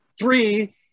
three